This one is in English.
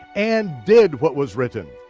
and did what was written.